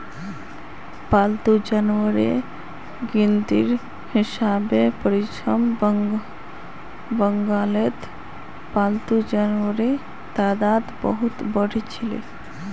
पालतू जानवरेर गिनतीर हिसाबे पश्चिम बंगालत पालतू जानवरेर तादाद बहुत बढ़िलछेक